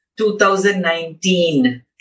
2019